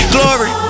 Glory